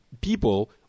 people